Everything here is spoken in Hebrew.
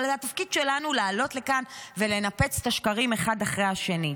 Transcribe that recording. אבל התפקיד שלנו הוא לעלות לכאן ולנפץ את השקרים אחד אחרי השני.